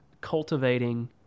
cultivating